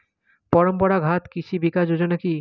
পরম্পরা ঘাত কৃষি বিকাশ যোজনা কি?